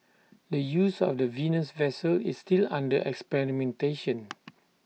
the use of the Venus vessel is still under experimentation